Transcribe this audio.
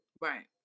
Right